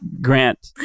Grant